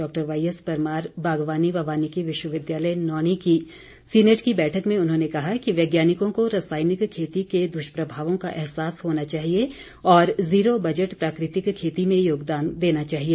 डॉ वाईएस परमार बागवानी व वानिकी विश्वविद्यालय नौणी की सीनेट की बैठक में उन्होंने कहा कि वैज्ञानिकों को रासायनिक खेती के दुष्प्रभावों का अहसास होना चाहिए और जीरो बजट प्राकृतिक खेती में योगदान देना चाहिए